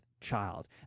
child